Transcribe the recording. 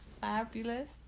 fabulous